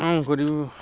କ'ଣ କରିବୁ